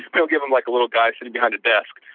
we'll give him like a little guy sitting behind a desk,